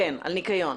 כן, על ניקיון.